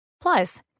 Plus